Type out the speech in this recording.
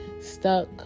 stuck